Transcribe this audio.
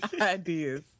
ideas